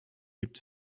gibt